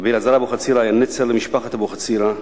רבי אלעזר אבוחצירא היה נצר למשפחת אבוחצירא,